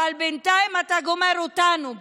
אבל בינתיים אתה גומר אותנו גם,